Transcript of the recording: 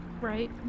right